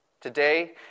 today